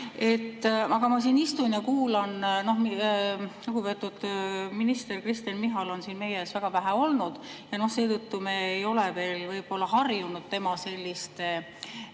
Aga ma siin istun ja kuulan. Lugupeetud minister Kristen Michal on siin meie ees väga vähe olnud. Seetõttu me ei ole veel võib-olla harjunud tema selliste